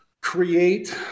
create